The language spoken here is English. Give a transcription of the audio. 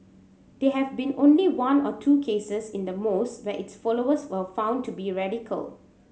there have been only one or two cases in the most where its followers were found to be radical